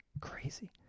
Crazy